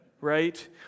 right